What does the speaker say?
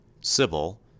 Sybil